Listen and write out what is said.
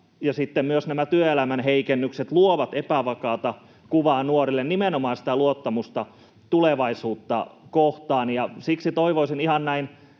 myös nämä työelämän heikennykset luovat epävakaata kuvaa nuorille nimenomaan siinä luottamuksessa tulevaisuutta kohtaan. Ja siksi toivoisin ihan näin